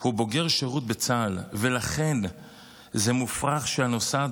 הוא בוגר שירות בצה"ל ולכן זה מופרך שהנוסעת